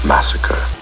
Massacre